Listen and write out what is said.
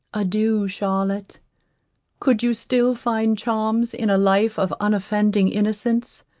adieu, charlotte could you still find charms in a life of unoffend-ing innocence,